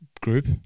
group